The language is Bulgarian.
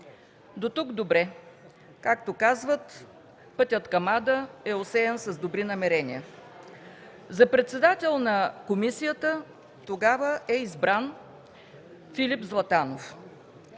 Дотук добре. Както казват, пътят към ада е осеян с добри намерения. За председател на комисията тогава е избран Филип Златанов.